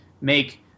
make